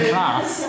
class